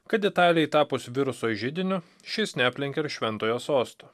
kad italijai tapus viruso židiniu šis neaplenkia ir šventojo sosto